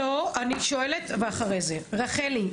רחלי,